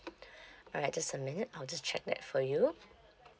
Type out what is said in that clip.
alright just a minute I'll just check that for you